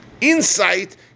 insight